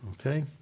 Okay